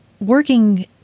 Working